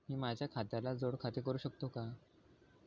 मी माझ्या खात्याला जोड खाते करू शकतो का?